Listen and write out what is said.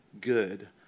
good